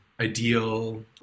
ideal